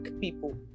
people